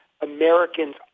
Americans